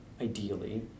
ideally